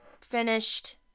finished